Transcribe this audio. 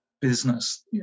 business